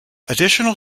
additional